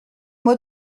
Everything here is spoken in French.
mot